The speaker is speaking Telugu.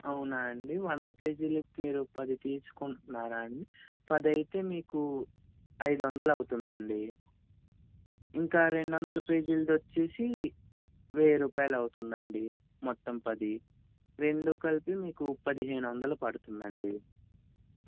అవునా అండి వంద పేజీలు మీరు పది తీసుకుంటున్నారా అండి పది అయితే మీకు ఐదు వందలు అవుతుందండి ఇంకా రెండొందల పేజీలది వచ్చి వెయ్యి రూపాయలు అవుతుందండి మొత్తం పది రెండు కలిపి మీకు పదిహేను వందలు పడుతుందండి